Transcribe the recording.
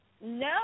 No